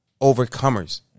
overcomers